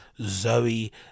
zoe